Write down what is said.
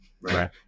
Right